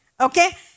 okay